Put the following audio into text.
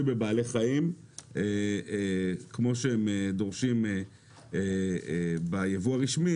בבעלי חיים כמו שהם דורשים ביבוא הרשמי,